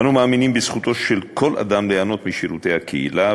אנו מאמינים בזכותו של כל אדם ליהנות משירותי הקהילה,